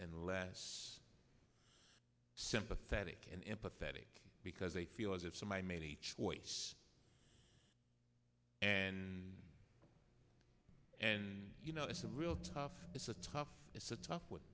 and less sympathetic and empathetic because they feel as if some i made a choice and and you know it's a real tough it's a tough it's a tough